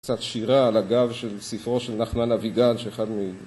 קצת שירה על הגב של ספרו של נחמן אבידן שאחד מי...